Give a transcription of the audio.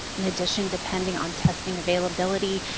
in addition, depending on testing availability,